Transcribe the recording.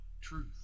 truth